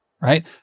right